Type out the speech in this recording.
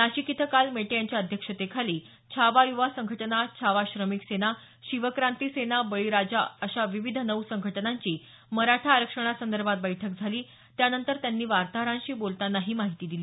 नाशिक इथं काल मेटे यांच्या अध्यक्षतेखाली छावा युवा संघटना छावा श्रमिक सेना शिव क्रांती सेना बळीराजा अशा विविध नऊ संघटनांची मराठा आरक्षणासंदर्भात बैठक झाली त्यानंतर त्यांनी वार्ताहरांशी बोलताना ही माहिती दिली